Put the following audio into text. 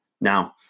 Now